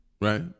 Right